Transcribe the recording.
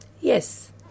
yes